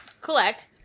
collect